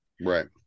Right